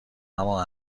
همان